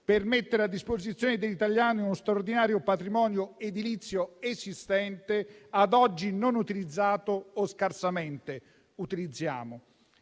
per mettere a disposizione degli italiani uno straordinario patrimonio edilizio esistente, ad oggi non utilizzato o scarsamente utilizzato.